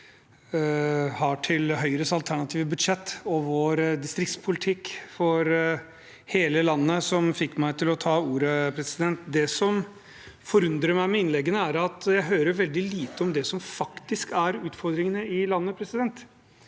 har for Høyres alternative budsjett og vår distriktspolitikk for hele landet, som fikk meg til å ta ordet. Det som forundrer meg med innleggene, er at jeg hører veldig lite om det som faktisk er utfordringene i landet, og det